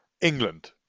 England